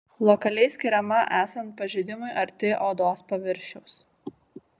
lokaliai skiriama esant pažeidimui arti odos paviršiaus